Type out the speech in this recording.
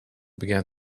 began